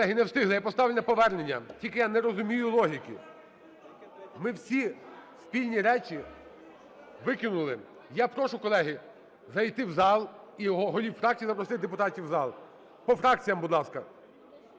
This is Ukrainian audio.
Колеги, не встигли. Я поставлю на повернення, тільки я не розумію логіки. Ми всі спірні речі викинули. Я прошу, колеги, зайти в зал і голів фракцій запросити депутатів в зал. По фракціях, будь ласка.